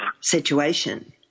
situation